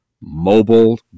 Mobile